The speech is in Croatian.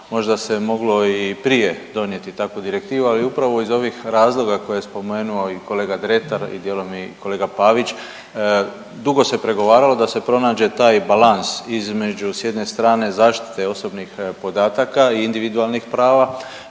možda se moglo i prije donijeti takvu direktivu, ali upravo iz ovih razloga što je spomenuo i kolega Dretar, dijelom i kolega Pavić dugo se pregovaralo da se pronađe taj balans između s jedne strane zaštite osobnih podataka i individualnih prava